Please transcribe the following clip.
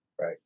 right